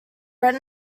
bred